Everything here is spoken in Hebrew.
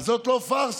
אז זאת לא פארסה,